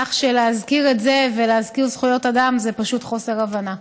כך שלהזכיר את זה ולהזכיר זכויות אדם זה פשוט חוסר הבנה.